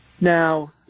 now